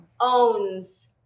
owns